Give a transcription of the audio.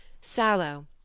sallow